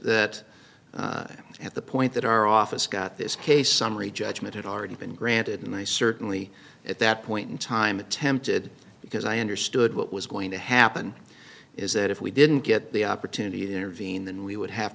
that at the point that our office got this case summary judgment had already been granted and i certainly at that point in time attempted because i understood what was going to happen is that if we didn't get the opportunity to intervene then we would have